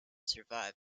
survived